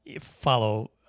follow